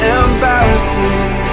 embarrassing